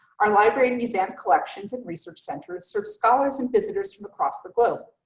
our library and museum collections and research centers serve scholars and visitors from across the globe.